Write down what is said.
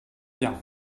bien